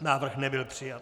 Návrh nebyl přijat.